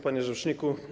Panie Rzeczniku!